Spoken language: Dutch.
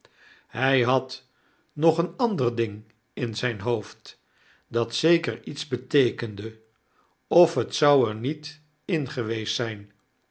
hy had nog een ander ding in zijn hoofd dat zeker iets beteekende of het zou er niet in geweest zijn